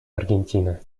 аргентина